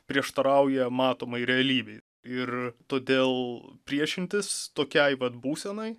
prieštarauja matomai realybei ir todėl priešintis tokiai vat būsenai